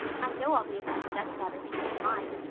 i know i'll be able to study better because of mine.